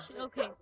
Okay